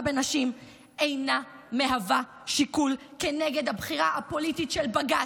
בנשים אינה מהווה שיקול כנגד הבחירה הפוליטית של בג"ץ,